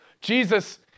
Jesus